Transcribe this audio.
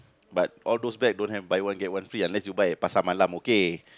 but all those bag don't have buy one get one free unless you buy from Pasar-Malam okay